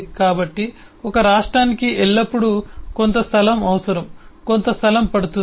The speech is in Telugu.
కాబట్టి ఒక రాష్ట్రానికి ఎల్లప్పుడూ కొంత స్థలం అవసరం కొంత స్థలం పడుతుంది